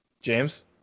James